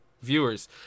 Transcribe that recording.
viewers